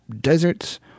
deserts